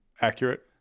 accurate